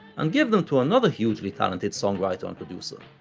and give them to another hugely talented songwriter and producer,